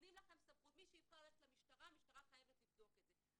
נותנים לכם סמכות: מי שיבחר ללכת למשטרה אזי המשטרה חיבת לבדוק את זה.